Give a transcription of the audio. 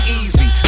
easy